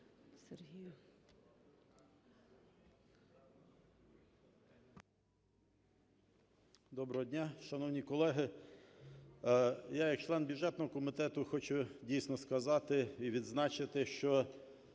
Доброго дня, шановні колеги! Я як член бюджетного комітету хочу, дійсно, сказати і відзначити, що